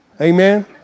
Amen